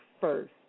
first